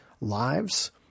lives